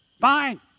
Fine